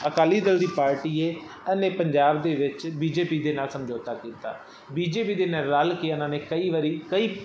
ਅਕਾਲੀ ਦਲ ਦੀ ਪਾਰਟੀ ਹੈ ਇਹਨੇ ਪੰਜਾਬ ਦੇ ਵਿੱਚ ਬੀ ਜੇ ਪੀ ਦੇ ਨਾਲ ਸਮਝੌਤਾ ਕੀਤਾ ਬੀ ਜੇ ਪੀ ਦੇ ਨਾਲ ਰਲ ਕੇ ਉਹਨਾਂ ਨੇ ਕਈ ਵਾਰੀ ਕਈ